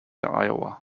iowa